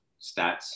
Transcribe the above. stats